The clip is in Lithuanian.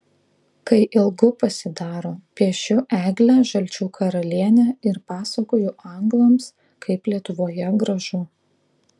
kai ilgu pasidaro piešiu eglę žalčių karalienę ir pasakoju anglams kaip lietuvoje gražu